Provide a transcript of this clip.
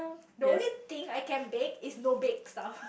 the only thing I can bake is no bake stuff